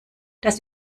das